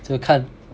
只有看